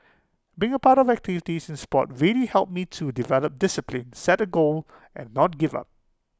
being A part of activities in Sport really helped me to develop discipline set A goal and not give up